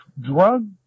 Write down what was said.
drug